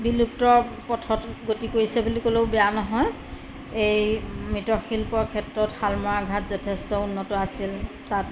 বিলুপ্তৰ পথত গতি কৰিছে বুলি ক'লেও বেয়া নহয় এই মৃৎশিল্পৰ ক্ষেত্ৰত শালমৰা ঘাট যথেষ্ট উন্নত আছিল তাত